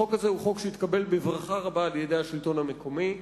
החוק הזה הוא חוק שהתקבל בברכה רבה על-ידי השלטון המקומי,